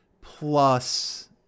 plus